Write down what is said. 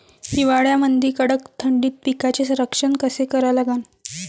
हिवाळ्यामंदी कडक थंडीत पिकाचे संरक्षण कसे करा लागन?